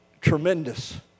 tremendous